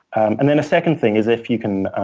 and then a second thing is if you can